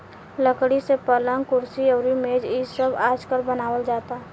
लकड़ी से पलंग, कुर्सी अउरी मेज़ इ सब आजकल बनावल जाता